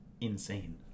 insane